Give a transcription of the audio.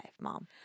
mom